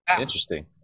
Interesting